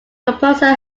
composer